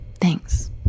Thanks